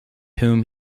whom